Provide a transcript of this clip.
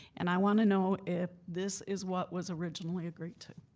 and i want to know if this is what was originally agreed to?